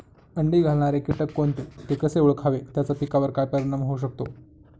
अंडी घालणारे किटक कोणते, ते कसे ओळखावे त्याचा पिकावर काय परिणाम होऊ शकतो?